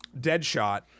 deadshot